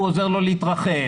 הוא עוזר לו להתרחץ,